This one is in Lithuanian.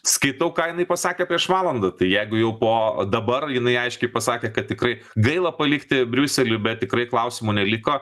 skaitau ką jinai pasakė prieš valandą jeigu jau po dabar jinai aiškiai pasakė kad tikrai gaila palikti briuselį bet tikrai klausimų neliko